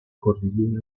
cordillera